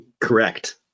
correct